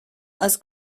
als